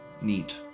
Neat